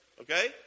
Okay